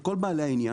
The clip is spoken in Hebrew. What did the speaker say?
של כל בעלי העניין,